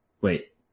Wait